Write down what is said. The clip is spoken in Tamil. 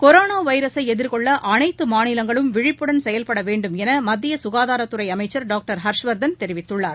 கொரோனா வைரஸை எதிர்கொள்ள அனைத்து மாநிலங்களும் விழிப்புடன் செயல்படவேண்டும் என மத்திய சுகாதாரத்துறை அமைச்சர் டாக்டர் ஹர்ஷவர்தன் தெரிவித்துள்ளார்